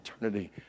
eternity